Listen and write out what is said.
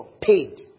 paid